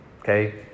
okay